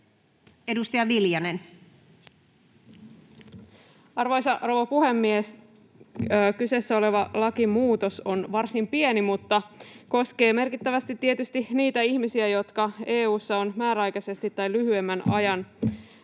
Edustaja Viljanen. Arvoisa rouva puhemies! Kyseessä oleva lakimuutos on varsin pieni mutta koskee merkittävästi tietysti niitä ihmisiä, jotka EU:ssa ovat määräaikaisesti tai lyhyemmän ajan